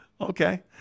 Okay